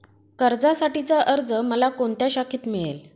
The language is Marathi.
कर्जासाठीचा अर्ज मला कोणत्या शाखेत मिळेल?